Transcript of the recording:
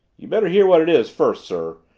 you'd better hear what it is first, sir.